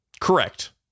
Correct